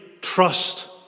trust